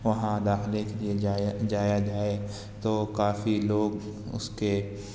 وہاں داخلے کے لیے جایا جایا جائے تو کافی لوگ اس کے